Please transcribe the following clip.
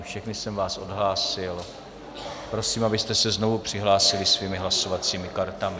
Všechny jsem vás odhlásil, prosím, abyste se znovu přihlásili svými hlasovacími kartami.